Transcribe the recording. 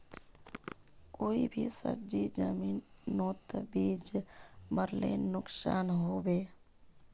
कोई भी सब्जी जमिनोत बीस मरले नुकसान होबे?